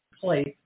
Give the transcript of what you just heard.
place